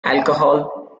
alcohol